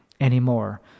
anymore